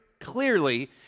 clearly